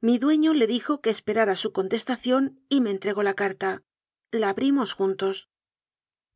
mi dueño le dijo que esperara su con testación y me entregó la carta la abrimos juntos